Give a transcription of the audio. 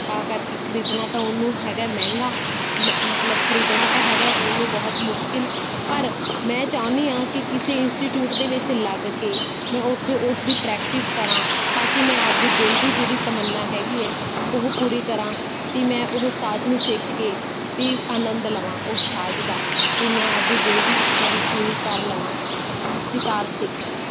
ਤਾਂ ਕਰਕੇ ਖਰੀਦਣਾ ਤਾਂ ਉਹਨੂੰ ਹੈਗਾ ਮਹਿੰਗਾ ਮ ਮਤਲਬ ਖਰੀਦਣਾ ਤਾਂ ਹੈਗਾ ਉਹਨੂੰ ਬਹੁਤ ਮੁਸ਼ਕਿਲ ਪਰ ਮੈਂ ਚਾਹੁੰਦੀ ਹਾਂ ਕਿ ਕਿਸੇ ਇੰਸਟੀਟਿਊਟ ਦੇ ਵਿੱਚ ਲੱਗ ਕੇ ਮੈਂ ਉੱਥੇ ਉਸਦੀ ਪ੍ਰੈਕਟਿਸ ਕਰਾਂ ਤਾਂ ਕਿ ਮੈਂ ਆਪਣੀ ਦਿਲ ਦੀ ਜਿਹੜੀ ਤਮੰਨਾ ਹੈਗੀ ਹੈ ਉਹ ਪੂਰੀ ਕਰਾਂ ਅਤੇ ਮੈਂ ਉਹ ਸਾਜ ਨੂੰ ਸਿੱਖ ਕੇ ਅਤੇ ਆਨੰਦ ਲਵਾਂ ਉਹ ਸਾਜ ਦਾ ਅਤੇ ਮੈਂ ਆਪਣੇ ਦਿਲ ਦੀ ਇੱਛਾ ਵੀ ਪੂਰੀ ਕਰ ਲਵਾਂ ਸਿਤਾਰ ਸਿੱਖ ਕੇ